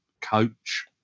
coach